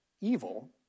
evil